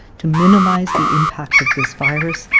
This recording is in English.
to minimize the impact of this virus,